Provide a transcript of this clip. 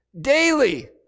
daily